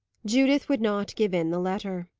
judith would not give in the letter.